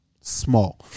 small